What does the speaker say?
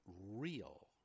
real